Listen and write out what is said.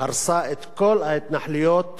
הרסה את כל ההתנחלויות